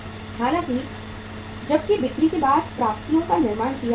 हालांकि जबकि बिक्री के बाद प्राप्तियों का निर्माण किया गया है